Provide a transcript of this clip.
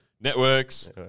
networks